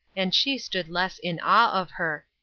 and she stood less in awe of her.